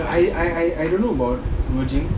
but I I I don't know about merging